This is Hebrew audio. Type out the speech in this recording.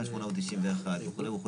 891 וכולי.